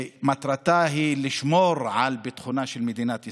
שמטרתה לשמור על ביטחונה של מדינת ישראל,